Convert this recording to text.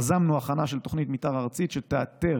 יזמנו ההכנה של תוכנית מתאר ארצית שתאתר